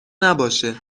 نباشه